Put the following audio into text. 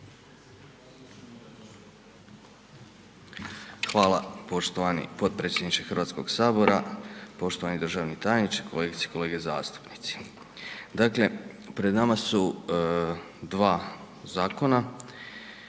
Hvala poštovani potpredsjedniče Hrvatskoga sabora, poštovani državni tajniče, kolegice i kolege zastupnici. Dakle pred nama su dva zakona